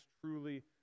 truly